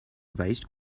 revised